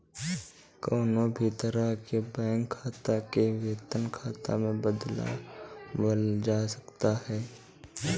कवनो भी तरह के बैंक खाता के वेतन खाता में बदलवावल जा सकत हवे